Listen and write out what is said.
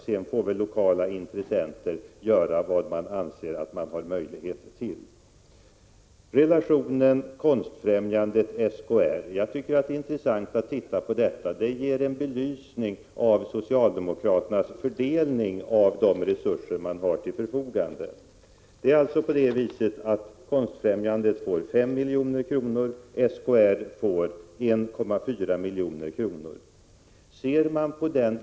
Sedan får lokala intressenter göra vad de anser att de har möjlighet till. Det är intressant att göra en jämförelse mellan Konstfrämjandet och SKR. Den ger en belysning av socialdemokraternas fördelning av de resurser som står till förfogande. Konstfrämjandet får 5 milj.kr., medan SKR får 1,4 milj.kr.